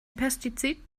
pestizid